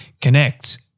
connect